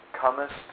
comest